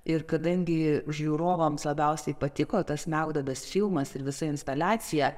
ir kadangi žiūrovams labiausiai patiko tas smegduobės filmas ir visa instaliacija